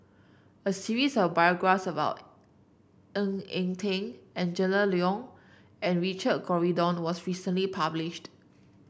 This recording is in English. a series of about Ng Eng Teng Angela Liong and Richard Corridon was recently published